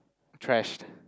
trashed